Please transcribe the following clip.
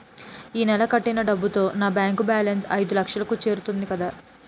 ఈ నెల కట్టిన డబ్బుతో నా బ్యాంకు బేలన్స్ ఐదులక్షలు కు చేరుకుంది కదా